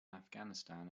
afghanistan